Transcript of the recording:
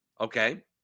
okay